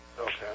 Okay